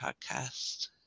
Podcast